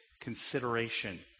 consideration